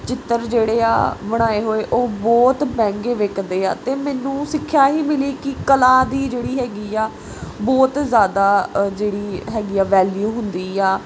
ਚਿੱਤਰ ਜਿਹੜੇ ਆ ਬਣਾਏ ਹੋਏ ਉਹ ਬਹੁਤ ਮਹਿੰਗੇ ਵਿਕਦੇ ਆ ਅਤੇ ਮੈਨੂੰ ਸਿੱਖਿਆ ਹੀ ਮਿਲੀ ਕਿ ਕਲਾ ਦੀ ਜਿਹੜੀ ਹੈਗੀ ਆ ਬਹੁਤ ਜ਼ਿਆਦਾ ਜਿਹੜੀ ਹੈਗੀ ਆ ਵੈਲਿਊ ਹੁੰਦੀ ਆ